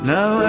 Now